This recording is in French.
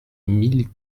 mille